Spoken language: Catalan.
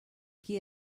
qui